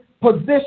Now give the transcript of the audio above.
position